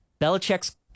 Belichick's